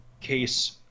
case